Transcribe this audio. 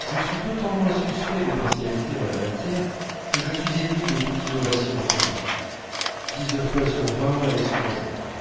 je suis d'autant moins suspect de partialité en la matière que je suis ennemi de toute innovation en ce genre dix-neuf fois sur vingt elles sont dangereuses